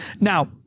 now